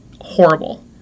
horrible